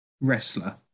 wrestler